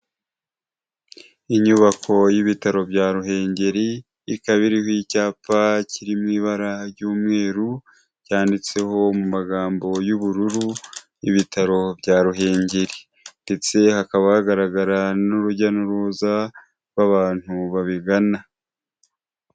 Inyubako y'ibitaro bya Ruhengeri ikaba iriho icyapa kiri mu ibara ry'umweru cyanditseho mu magambo y'ubururu, ibitaro bya Ruhengeri ndetse hakaba hagaragara n'urujya n'uruza rw'abantu babigana.